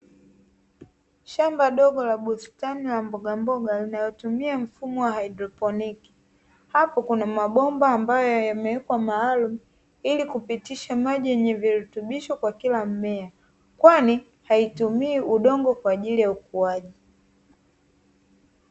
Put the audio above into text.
Shamba dogo la bustani la mbogamboga linalotumika mfumo wa hydroponiki, hapo kuna mabomba ambayo yamewekwa maalumu ili kupitisha maji yenye virutubisho kwa Kila mmea, kwani haitumii udongo kwa ajili ya ukuaji.